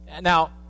Now